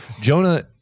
Jonah